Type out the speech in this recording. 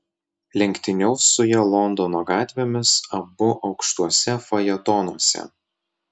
lenktyniaus su ja londono gatvėmis abu aukštuose fajetonuose